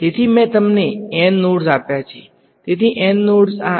તેથી મેં તમને N નોડ્સ આપ્યા છે